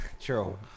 True